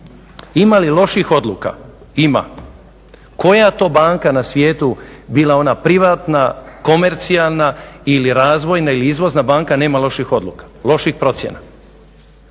Ima li loših odluka? Ima. Koja to banka na svijetu, bila ona privatna, komercijalna ili razvojna ili izvozna banka, nema loših odluka, loših procjena?